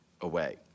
away